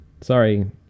Sorry